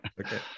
Okay